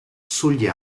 sugli